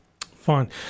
Fine